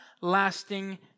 lasting